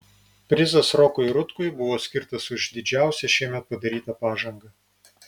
prizas rokui rutkui buvo skirtas už didžiausią šiemet padarytą pažangą